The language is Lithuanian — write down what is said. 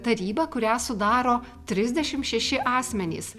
taryba kurią sudaro trisdešimt šeši asmenys